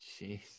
Jeez